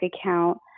account